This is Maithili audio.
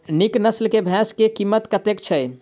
नीक नस्ल केँ भैंस केँ कीमत कतेक छै?